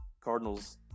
Cardinals